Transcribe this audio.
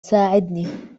ساعدني